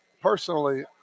personally